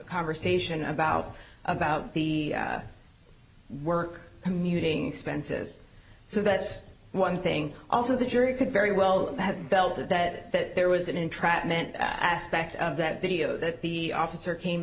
conversation about about the work commuting expenses so that's one thing also the jury could very well have felt that that there was an entrapment aspect of that video that the officer came